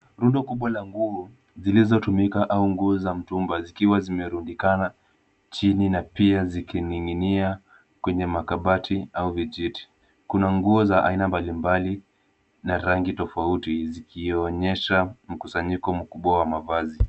Rundo kubwa la nguo zilizotumika au nguo za mtumba zikiwa zimerundikana chini na pia zikining'inia kwenye makabati au vijiti, kuna nguo za aina mbalimbali na rangi tofauti zikionyesha mkusanyiko mkubwa wa mavazi.